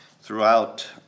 throughout